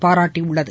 பாராட்டியுள்ளது